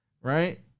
right